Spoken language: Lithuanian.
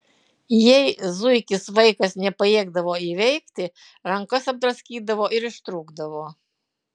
jei zuikis vaikas nepajėgdavo įveikti rankas apdraskydavo ir ištrūkdavo